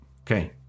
Okay